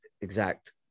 exact